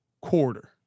quarter